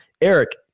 Eric